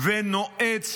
ונועץ,